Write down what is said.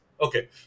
Okay